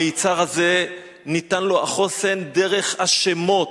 המצר הזה, ניתן לו החוסן דרך השמות.